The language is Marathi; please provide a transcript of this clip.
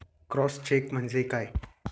क्रॉस चेक म्हणजे काय?